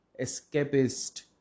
escapist